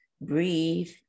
breathe